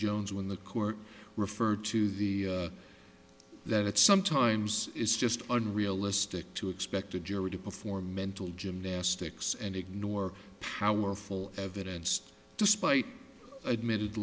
jones when the court referred to the that it sometimes is just unrealistic to expect a jury to perform mental gymnastics and ignore powerful evidence despite admitted